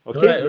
Okay